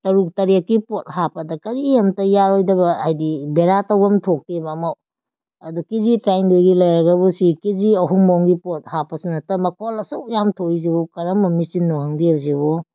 ꯇꯔꯨꯛ ꯇꯔꯦꯠꯀꯤ ꯄꯣꯠ ꯍꯥꯞꯄꯗ ꯀꯔꯤꯑꯝꯇ ꯌꯥꯔꯣꯏꯗꯕ ꯍꯥꯏꯕꯗꯤ ꯕꯦꯔꯥ ꯇꯧꯕꯝ ꯊꯣꯛꯇꯦꯕ ꯑꯃꯐꯥꯎ ꯑꯗꯨ ꯀꯦ ꯖꯤ ꯇꯔꯥꯅꯤꯊꯣꯏꯒꯤ ꯂꯩꯔꯒꯕꯨ ꯁꯤ ꯀꯦ ꯖꯤ ꯑꯍꯨꯝ ꯂꯣꯝꯒꯤ ꯄꯣꯠ ꯍꯥꯞꯄꯁꯨ ꯅꯠꯇꯕ ꯃꯈꯣꯜ ꯑꯁꯨꯛ ꯌꯥꯝ ꯊꯣꯛꯏꯁꯤꯕꯨ ꯀꯔꯝꯕ ꯃꯦꯆꯤꯟꯅꯣ ꯈꯪꯗꯦꯕ ꯁꯤꯕꯣ